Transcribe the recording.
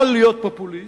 קל להיות פופוליסט,